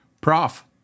Prof